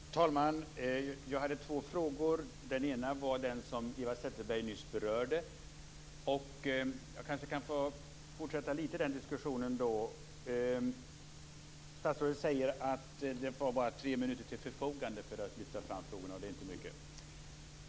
Herr talman! Jag har två frågor. Den ena är den som Eva Zetterberg nyss berörde, och jag kanske något kan få fortsätta den diskussionen. Statsrådet hade bara tre minuter till förfogande för att lyfta fram frågorna, och det är inte mycket.